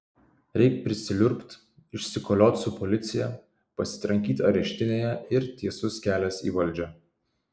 reik prisiliurbt išsikoliot su policija pasitrankyt areštinėje ir tiesus kelias į valdžią